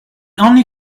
only